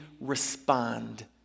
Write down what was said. respond